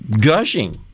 gushing